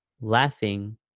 laughing